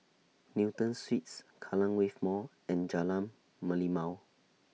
Newton Suites Kallang Wave Mall and Jalan Merlimau